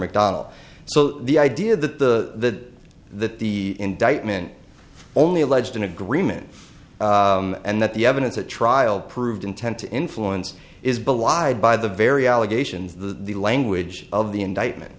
mcdonald so the idea that the that the indictment only alleged an agreement and that the evidence at trial proved intent to influence is belied by the very allegations that the language of the indictment